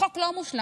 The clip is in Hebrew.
החוק לא מושלם,